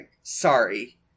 Sorry